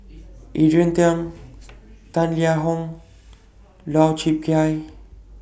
Adrian Tang Tan Liang Hong Lau Chiap Khai